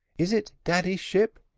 is it daddy's ship?